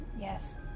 Yes